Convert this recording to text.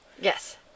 Yes